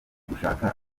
gushaka